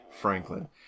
Franklin